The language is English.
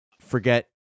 forget